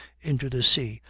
into the sea,